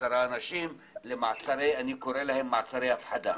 עשרה אנשים למעצרים שאני קורא להם מעצרי הפחדה.